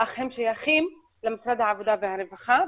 אך הם שייכים למשרד העבודה והרווחה.